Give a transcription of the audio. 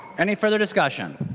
any further discussion?